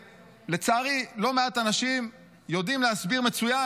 ולצערי לא מעט אנשים יודעים להסביר מצוין